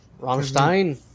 Rammstein